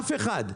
אף אחד,